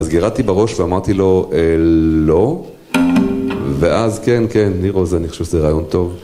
אז גירדתי בראש ואמרתי לו, לא, ואז כן, כן, נירו, אני חושב שזה רעיון טוב.